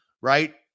right